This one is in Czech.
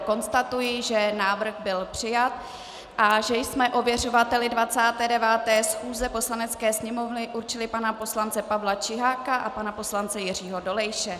Konstatuji, že návrh byl přijat a že jsme ověřovateli 29. schůze Poslanecké sněmovny určili pana poslance Pavla Čiháka a pana poslance Jiřího Dolejše.